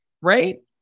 Right